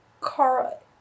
Carl